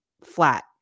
flat